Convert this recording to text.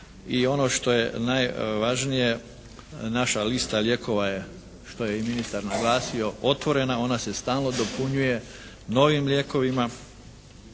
i ono što je najvažnije naša lista lijekova je što je i ministar naglasio otvorena, ona se stalno dopunjuje novim lijekovima,